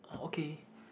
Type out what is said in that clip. okay